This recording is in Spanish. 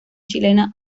chilena